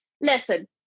listen